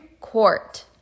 Court